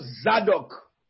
Zadok